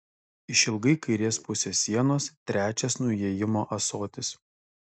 išilgai kairės pusės sienos trečias nuo įėjimo ąsotis